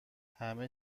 همه